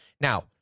Now